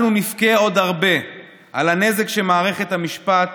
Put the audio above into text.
אנחנו נבכה עוד הרבה על הנזק שמערכת המשפט